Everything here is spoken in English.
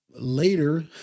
later